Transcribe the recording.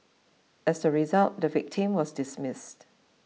as a result the victim was dismissed